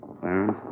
Clarence